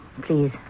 please